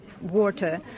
water